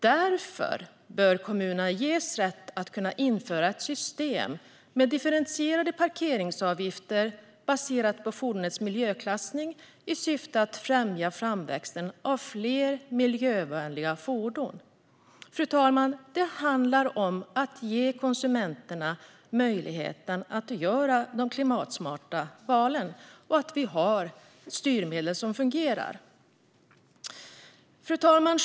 Därför bör kommuner ges rätt att införa ett system med differentierade parkeringsavgifter baserat på fordonets miljöklassning i syfte att främja framväxten av fler miljövänliga fordon. Det handlar om att ge konsumenterna möjlighet att göra klimatsmarta val och att vi har styrmedel som fungerar. Fru talman!